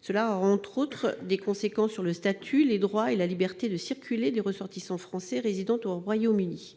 Cela aura notamment des conséquences sur le statut, les droits et la liberté de circuler des ressortissants français résidant au Royaume-Uni.